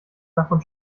davon